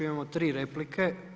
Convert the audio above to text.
Imamo tri replike.